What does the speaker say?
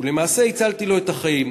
ולמעשה הצלתי לו את החיים.